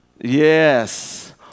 Yes